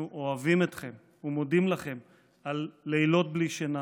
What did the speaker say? אנחנו אוהבים אתכם ומודים לכם על לילות בלי שינה,